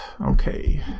okay